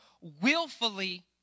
willfully